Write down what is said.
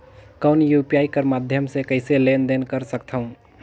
कौन यू.पी.आई कर माध्यम से कइसे लेन देन कर सकथव?